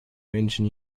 menschen